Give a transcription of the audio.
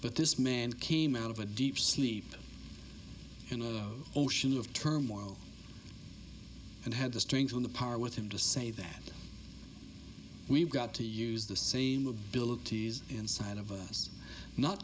but this man came out of a deep sleep you know ocean of turmoil and had the strength on the par with him to say that we've got to use the same abilities inside of us not